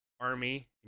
Army